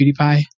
PewDiePie